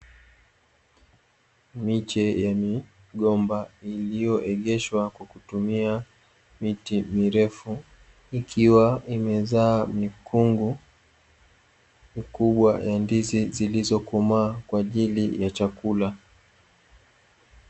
Miche ya migomba iliyoegeshwa kwa kutumia miti mirefu, ikiwa imezaa mikungu mikubwa ya ndizi zilizokomaa kwa ajili ya chakula.